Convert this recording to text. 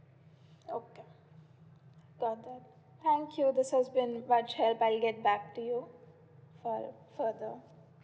okay done that thank you this has been much help I'll get back to you for for the